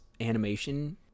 animation